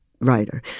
writer